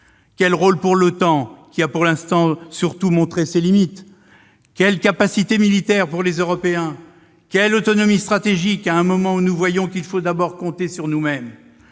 Quel rôle pour l'OTAN, qui a pour l'instant surtout montré ses limites ? Quelles capacités militaires pour les Européens ? Quelle autonomie stratégique, à un moment où nous voyons qu'il faut d'abord compter sur nous-mêmes ?